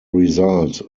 result